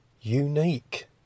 unique